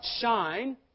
shine